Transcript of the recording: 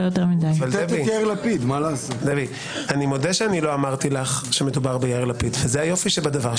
מודה שלא אמרתי שמדובר ביאיר ללפיד וזה היופי שבדבר: